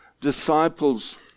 disciples